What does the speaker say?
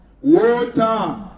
water